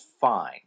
fine